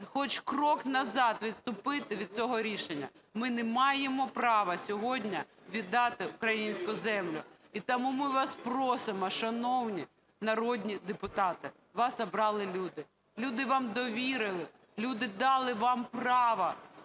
хоч крок назад відступити від цього рішення. Ми не маємо права сьогодні віддати українську землю. І тому ми вас просимо, шановні народні депутати, вас обрали люди, люди вам довірили, люди дали вам право